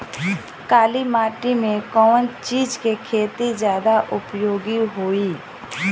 काली माटी में कवन चीज़ के खेती ज्यादा उपयोगी होयी?